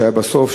שהיה בסוף,